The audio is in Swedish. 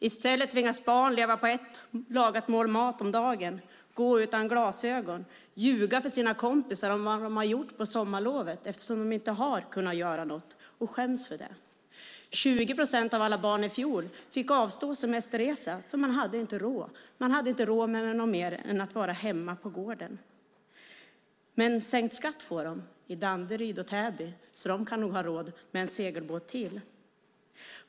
I stället tvingas barn leva på ett lagat mål mat om dagen, gå utan glasögon, ljuga för sina kompisar om vad de har gjort på sommarlovet eftersom de inte har kunnat göra något och skäms för det. 20 procent av alla barn i fjol fick avstå från semesterresa för man hade inte råd. Man hade inte råd med något mer än att vara hemma på gården. Men sänkt skatt får de i Danderyd och Täby, så de kan nog ha råd med en segelbåt till.